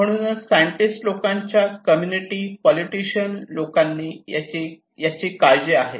म्हणूनच सायंटिस्ट लोकांच्या community politician लोकांना याची काळजी आहे